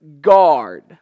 guard